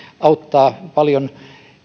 auttaa paljon